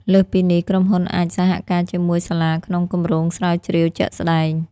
លើសពីនេះ ក្រុមហ៊ុនអាចសហការជាមួយសាលាក្នុង គម្រោងស្រាវជ្រាវ ជាក់ស្តែង។